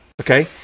okay